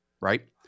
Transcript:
right